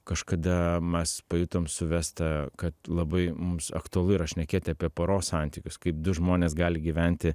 kažkada mes pajutom su vesta kad labai mums aktualu yra šnekėti apie poros santykius kaip du žmonės gali gyventi